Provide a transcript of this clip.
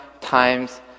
times